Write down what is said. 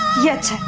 yet